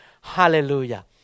Hallelujah